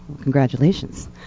congratulations